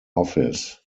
office